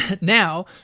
now